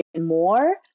more